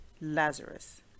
Lazarus